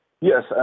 Yes